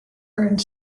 earned